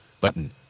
button